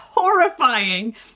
horrifying